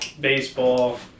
baseball